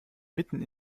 mitten